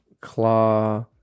Claw